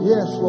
Yes